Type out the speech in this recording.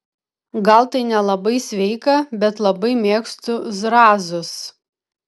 gal tai nelabai sveika bet labai mėgstu zrazus